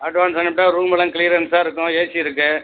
advance அனுப்பிட்டால் ரூம்லாம் க்ளீயரன்ஸ்ஸா இருக்கும் ஏசி இருக்குது